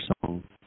song